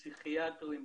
פסיכיאטרים,